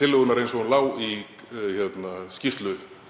tillögunnar eins og hún var í skýrslu